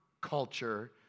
culture